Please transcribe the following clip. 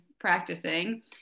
practicing